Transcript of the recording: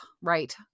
right